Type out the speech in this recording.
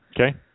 Okay